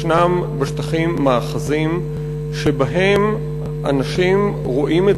ישנם בשטחים מאחזים שבהם אנשים רואים את